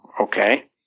okay